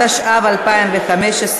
התשע"ו 2015,